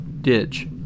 ditch